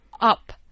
up